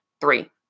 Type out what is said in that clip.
Three